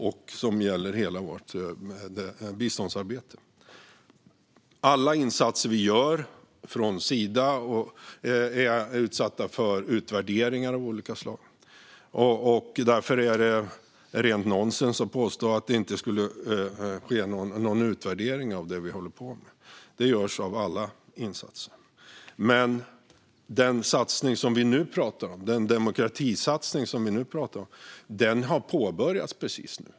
Det gäller hela vårt biståndsarbete. Alla insatser vi gör - insatserna från Sida - är utsatta för utvärderingar av olika slag. Därför är det rent nonsens att påstå att det inte skulle ske någon utvärdering av det vi håller på med. Det görs av alla insatser. Den demokratisatsning som vi nu talar om har precis påbörjats.